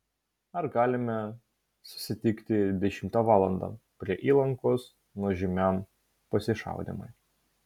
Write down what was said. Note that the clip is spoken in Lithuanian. ar galime susitikti dešimtą valandą prie įlankos nuožmiam pasišaudymui